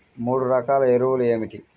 మూడు రకాల ఎరువులు ఏమిటి?